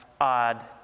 odd